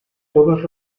todos